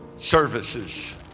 services